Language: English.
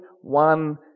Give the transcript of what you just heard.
one